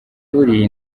buriya